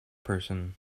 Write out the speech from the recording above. person